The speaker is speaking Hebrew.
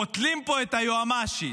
קוטלים פה את היועמ"שית,